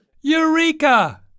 Eureka